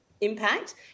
impact